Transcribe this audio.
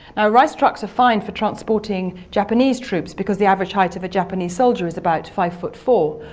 ah rice trucks are fine for transporting japanese troops because the average height of a japanese soldier is about five ft four